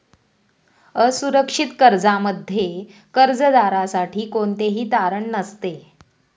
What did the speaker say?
असुरक्षित कर्जामध्ये कर्जदारासाठी कोणतेही तारण नसते